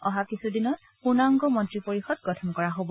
অহা কিছু দিনত পূৰ্ণাংগ মন্ত্ৰী পৰিষদ গঠন কৰা হ'ব